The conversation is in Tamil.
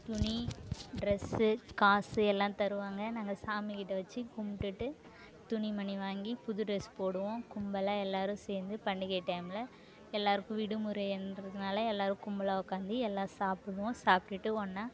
துணி டிரெஸ் காசு எல்லாம் தருவாங்க நாங்கள் சாமிக்கிட்ட வச்சி கும்பிட்டுட்டு துணிமணி வாங்கி புது டிரெஸ் போடுவோம் கும்பலாக எல்லாரும் சேர்ந்து பண்டிகை டைம்ல எல்லாருக்கும் விடுமுறை என்றதுனால் எல்லாரும் கும்பலாக உக்காந்து எல்லாம் சாப்பிடுவோம் சாப்பிடுட்டு ஒன்றா